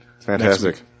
Fantastic